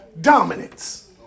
Dominance